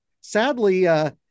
sadly